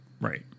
right